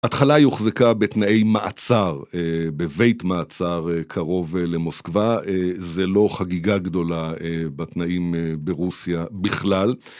בהתחלה היא הוחזקה בתנאי מעצר, בבית מעצר קרוב למוסקבה, זה לא חגיגה גדולה בתנאים ברוסיה בכלל.